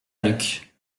luc